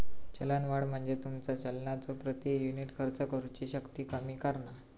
चलनवाढ म्हणजे तुमचा चलनाचो प्रति युनिट खर्च करुची शक्ती कमी करणा